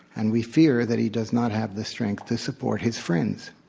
and we fear that he does not have the strength to support his friends.